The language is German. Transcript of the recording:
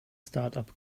startup